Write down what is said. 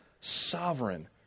sovereign